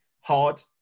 hard